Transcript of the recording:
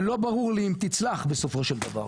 שלא ברור לי אם תצלח בסופו של דבר,